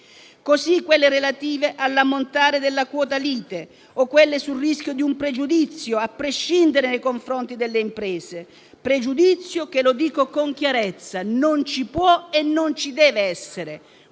cito quelle relative all'ammontare della quota lite o quelle sul rischio di un pregiudizio a prescindere nei confronti delle imprese; pregiudizio che - lo dico con chiarezza - non ci può e non ci deve essere.